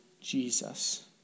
Jesus